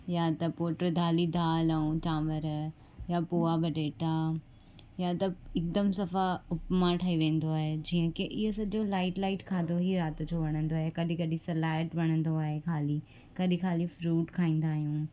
या त पोइ टे दाली दालि ऐं चांवर या पोहा बटेटा या त हिकदमि सफ़ा उपमा ठही वेंदो आहे जीअं की इअं सॼो लाइट लाइट खाधो ई राति जो वणंदो आहे कॾहिं कॾहिं सलाड वणंदो आहे ख़ाली कॾहिं ख़ाली फ्रुट खाईंदा आहियूं